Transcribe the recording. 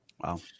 Wow